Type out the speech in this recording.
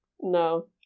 No